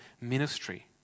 ministry